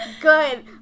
good